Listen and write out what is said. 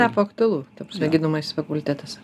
tapo aktualu ta prasme gydomasis fakultetas